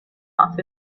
off